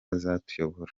azatuyobore